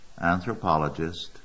anthropologist